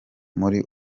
muri